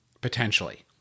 Potentially